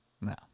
No